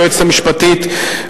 היועצת המשפטית,